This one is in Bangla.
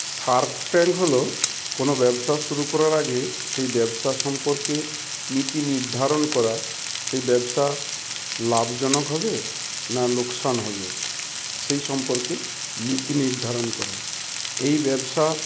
সার্ক ট্যাঙ্ক হলো কোনো ব্যবসা শুরু করার আগে সেই ব্যবসা সম্পর্কে নীতি নির্ধারণ করা সেই ব্যবসা লাভজনক হবে না লোকসান হবে সেই সম্পর্কে নীতি নির্ধারণ করা এই ব্যবসা